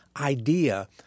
idea